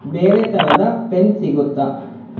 ಬೇರೆ ಥರದ ಪೆನ್ ಸಿಗುತ್ತಾ